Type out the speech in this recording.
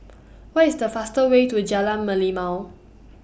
What IS The faster Way to Jalan Merlimau